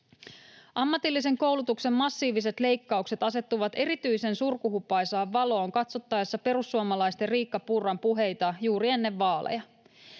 Ammatillisen koulutuksen massiiviset leikkaukset asettuvat erityisen surkuhupaisaan valoon katsottaessa perussuomalaisten Riikka Purran puheita juuri ennen vaaleja.